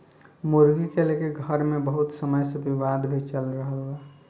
मुर्गी के लेके घर मे बहुत समय से विवाद भी चल रहल बा